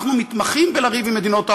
אנחנו מתמחים בלריב עם מדינות העולם.